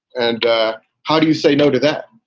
and how do you say no to that?